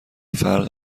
فرق